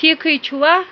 ٹھیٖکٕے چھُوا